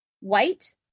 white